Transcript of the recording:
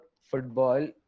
football